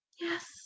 yes